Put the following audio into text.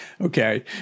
Okay